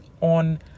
on